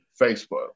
Facebook